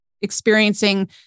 experiencing